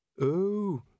Oh